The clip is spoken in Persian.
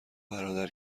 برادر